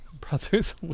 Brothers